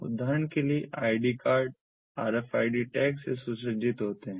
उदाहरण के लिए ID कार्ड आरएफआईडी टैग से सुसज्जित हैं